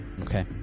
Okay